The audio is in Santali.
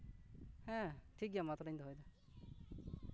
ᱦᱮᱸ ᱴᱷᱤᱠ ᱜᱮᱭᱟ ᱢᱟ ᱛᱟᱦᱞᱮᱧ ᱫᱚᱦᱚᱭᱮᱫᱟ